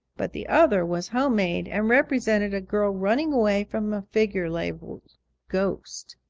but the other was home-made and represented a girl running away from a figure labeled ghost.